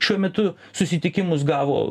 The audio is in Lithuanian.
šiuo metu susitikimus gavo